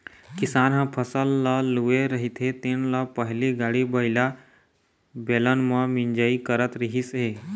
किसान ह फसल ल लूए रहिथे तेन ल पहिली गाड़ी बइला, बेलन म मिंजई करत रिहिस हे